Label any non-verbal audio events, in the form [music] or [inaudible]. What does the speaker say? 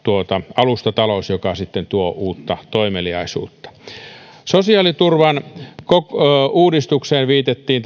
alustatalous joka sitten tuo uutta toimeliaisuutta sosiaaliturvan uudistukseen viitattiin [unintelligible]